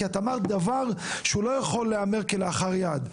כי אמרת דבר שלא יכול להיאמר כלאחר יד.